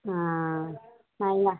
நல்லா